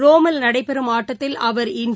ரோமில் நடைபெறும் ஆட்டத்தில் அவர் இன்று